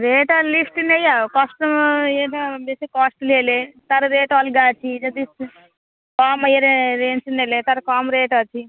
rate list ନେଇଆସ custom ଇଏଟା ବେଶୀ କଷ୍ଟଲି ହେଲେ ତା'ର ରେଟ୍ ଅଲଗା ଅଛି ଯଦି ସେ କମ ଇଏରେ ରେଞ୍ଜ ନେଲେ ତା'ର କମ ରେଟ ଅଛି